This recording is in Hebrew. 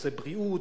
בנושא בריאות,